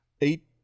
eight